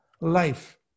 life